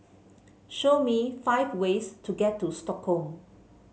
show me five ways to get to Stockholm